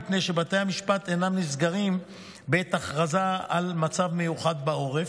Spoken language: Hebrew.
מפני שבתי המשפט אינם נסגרים בעת הכרזה על מצב מיוחד בעורף,